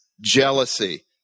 jealousy